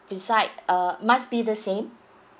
beside uh must be the same